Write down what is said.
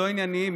לא עניינים,